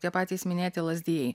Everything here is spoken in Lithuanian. tie patys minėti lazdijai